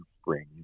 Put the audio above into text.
spring